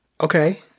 Okay